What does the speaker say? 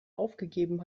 aufgegeben